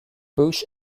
bush